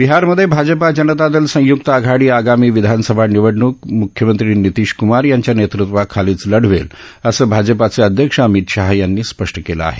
बिहारमधे भाजपा जनता दल संयुक्त आघाडी आगामी विधानसभा निवडणूक मुख्यमंत्री नीतीश क्मार यांच्या नेतृत्वाखालीच लढवेल असं भाजपाचे अध्यक्ष अमित शाह यांनी स्पष्ट केलं आहे